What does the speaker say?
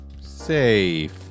Safe